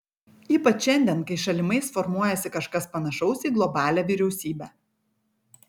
ypač šiandien kai šalimais formuojasi kažkas panašaus į globalią vyriausybę